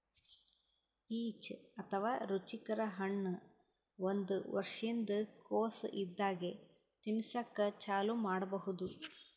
peach ಅಥವಾ ರುಚಿಕರ ಹಣ್ಣ್ ಒಂದ್ ವರ್ಷಿನ್ದ್ ಕೊಸ್ ಇದ್ದಾಗೆ ತಿನಸಕ್ಕ್ ಚಾಲೂ ಮಾಡಬಹುದ್